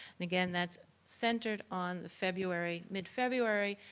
and, again, that's centered on the february, mid-february,